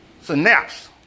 synapse